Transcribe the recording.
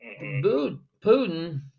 Putin